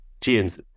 James